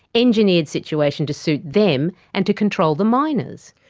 engineered situation, to suit them and to control the miners.